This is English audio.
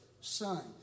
Son